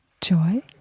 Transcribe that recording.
joy